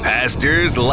Pastors